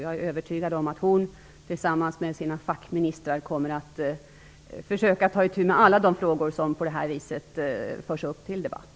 Jag är övertygad om att hon tillsammans med sina fackministrar kommer att försöka ta itu med alla de frågor som förs upp till debatt.